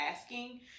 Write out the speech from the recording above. asking